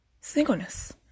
singleness